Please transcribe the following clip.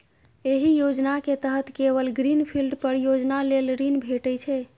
एहि योजना के तहत केवल ग्रीन फील्ड परियोजना लेल ऋण भेटै छै